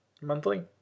Monthly